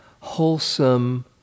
wholesome